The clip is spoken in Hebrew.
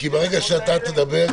ברגע שאתה תדבר,